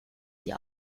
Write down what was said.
sie